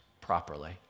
properly